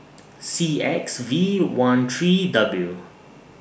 C X V one three W